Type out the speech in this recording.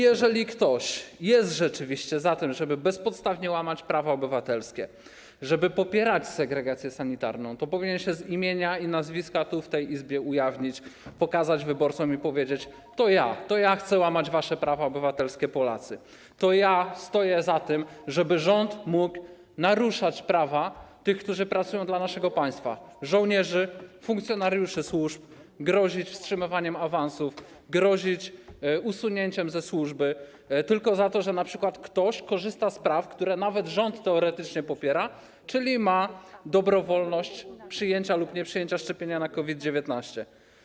Jeżeli ktoś jest rzeczywiście za tym, żeby bezpodstawnie łamać prawo obywatelskie, żeby popierać segregację sanitarną, to powinien się z imienia i nazwiska w tej Izbie ujawnić, pokazać wyborcom i powiedzieć: to ja chcę łamać wasze prawa obywatelskie, Polacy, to ja stoję za tym, żeby rząd mógł naruszać prawa tych, którzy pracują dla naszego państwa - żołnierzy, funkcjonariuszy służb, grozić wstrzymywaniem awansów, grozić usunięciem ze służby tylko za to, że np. ktoś korzysta z praw, które nawet rząd teoretycznie popiera, czyli z dobrowolności przyjęcia lub nieprzyjęcia szczepienia na COVID-19.